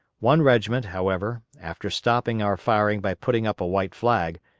one regiment, however, after stopping our firing by putting up a white flag,